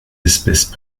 espèces